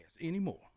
anymore